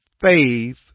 faith